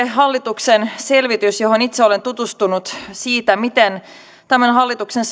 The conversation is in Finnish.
hallituksen selvityksessä johon itse olen tutustunut siitä miten tämän hallituksen